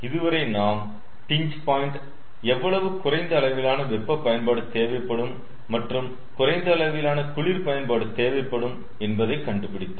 இதுவரை நாம் pinch point எவ்வளவு குறைந்த அளவிலான வெப்ப பயன்பாடு தேவைப்படும் மற்றும் குறைந்த அளவிலான குளிர் பயன்பாடு தேவைப்படும் என்பதை கண்டு பிடித்தோம்